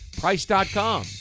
Price.com